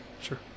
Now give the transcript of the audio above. Sure